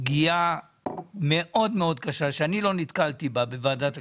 פגיעה מאוד מאוד קשה שאני לא נתקלתי בה בוועדת הכספים.